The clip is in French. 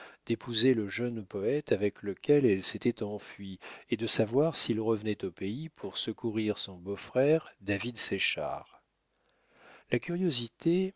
d'épouser le jeune poète avec lequel elle s'était enfuie et de savoir s'il revenait au pays pour secourir son beau-frère david séchard la curiosité